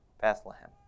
Bethlehem